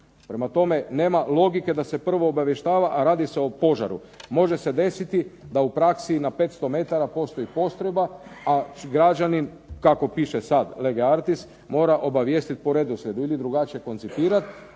Prema tome nema logike da se prvo obavještava, a radi se o požaru. Može se desiti da u praksi na 500 metara postoji postrojba, a građanin kako piše sad lege artis mora obavijestiti po redoslijedu, ili drugačije koncipirati,